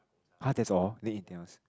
har that's all didn't eat anything else